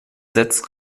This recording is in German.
setzt